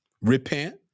repent